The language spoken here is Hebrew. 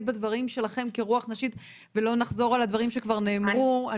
בדברים שלכם כרוח נשית ולא נחזור על הדברים שכבר נאמרו.